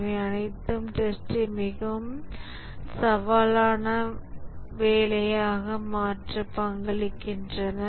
இவை அனைத்தும் டெஸ்ட்டை மிகவும் சவாலான வேலையாக மாற்ற பங்களிக்கின்றன